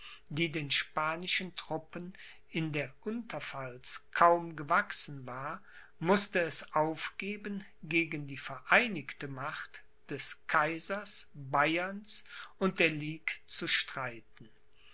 die den spanischen truppen in der unterpfalz kaum gewachsen war mußte es aufgeben gegen die vereinigte macht des kaisers bayerns und der ligue zu streiten